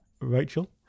Rachel